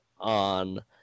on